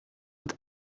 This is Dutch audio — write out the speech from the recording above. het